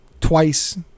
twice